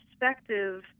perspective